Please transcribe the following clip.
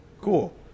cool